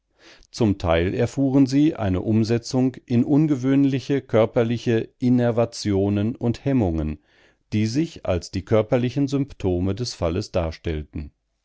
zum teil erfuhren sie eine umsetzung in ungewöhnliche körperliche innervationen und hemmungen die sich als die körperlichen symptome des falles darstellten